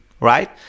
right